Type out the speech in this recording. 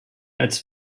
als